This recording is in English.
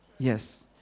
Yes